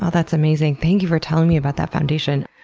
that's amazing. thank you for telling me about that foundation.